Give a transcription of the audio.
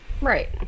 Right